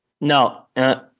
No